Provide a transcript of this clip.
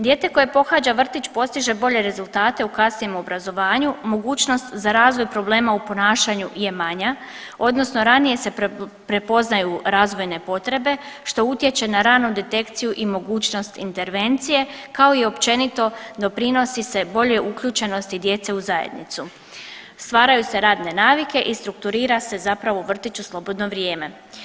Dijete koje pohađa vrtić postiže bolje rezultate u kasnijem obrazovanju, mogućnost za razvoj problema u ponašanju je manja, odnosno ranije se prepoznaju razvojne potrebe, što utječe na ranu detekciju i mogućnost intervencije, kao i općenito, doprinosi se boljoj uključenosti djece u zajednicu, stvaraju se radne navike i strukturira se zapravo vrtić u slobodno vrijeme.